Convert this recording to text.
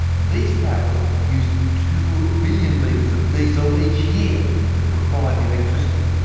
and these towers used two billion litres of diesel each year to provide the electricity.